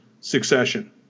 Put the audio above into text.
succession